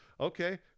Okay